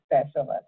specialist